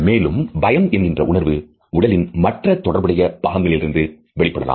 மேலும் பயம் என்கின்ற உணர்வு உடலின் மற்ற தொடர்புடைய பாகங்களிலிருந்தும் வெளிப்படலாம்